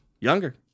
Younger